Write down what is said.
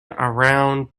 around